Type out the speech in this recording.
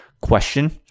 question